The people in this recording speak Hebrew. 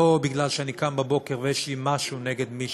לא בגלל שאני קם בבוקר ויש לי משהו נגד מישהו,